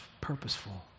purposeful